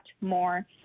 more